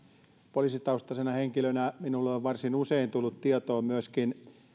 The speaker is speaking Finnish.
poliisitaustaisena henkilönä minulle on varsin usein tullut tietoon myöskin